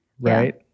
right